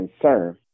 concern